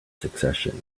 succession